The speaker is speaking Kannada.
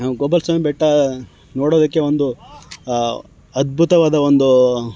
ಗೋಪಾಲ ಸ್ವಾಮಿ ಬೆಟ್ಟ ನೋಡೋದಕ್ಕೆ ಒಂದು ಅದ್ಭುತವಾದ ಒಂದು